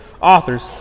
authors